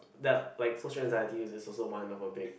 yup like social anxiety is also one of a big